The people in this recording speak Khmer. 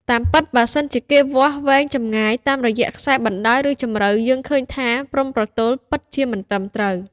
តាមពិតបើសិន ជាគេវាស់វែងចម្ងាយ តាមរយៈខ្សែបណ្តោយ ឬ ជម្រៅ យើងឃើញថា ព្រំប្រទល់ ពិតជាមិនត្រឹមត្រូវ។